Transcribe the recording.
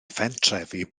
phentrefi